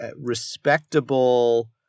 respectable